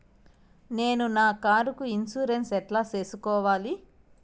నేను నా కారుకు ఇన్సూరెన్సు ఎట్లా సేసుకోవాలి